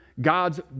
God's